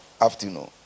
afternoon